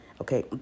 Okay